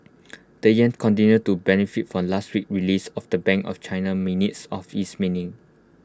the Yen continues to benefit from last week's release of the bank of China minutes of its meaning